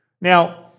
Now